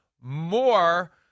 More